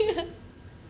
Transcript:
you